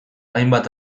hainbat